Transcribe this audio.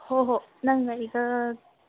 ꯍꯣꯏ ꯍꯣꯏ ꯅꯪꯒ ꯑꯩꯒ